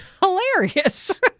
hilarious